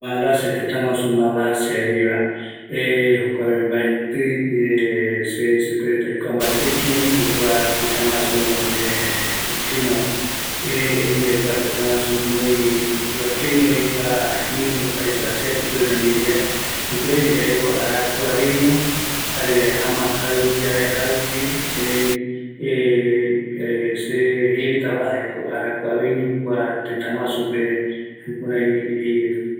Kaeñovi kua malasia, mbaetɨ mbate aikua kïräiva, ëreï oyovakeñoko aipo kua ïru tätäguasu jokoropigua reta ndive, arakurendavi, ëreï oïmeko aipo ouvi araroɨja iarape supereta